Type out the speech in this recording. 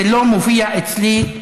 זה לא מופיע אצלי,